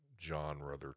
genre